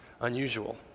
unusual